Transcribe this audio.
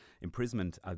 imprisonment